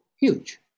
huge